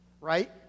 right